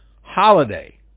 Holiday